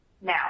Now